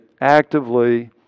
actively